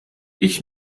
ich